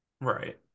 right